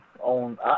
on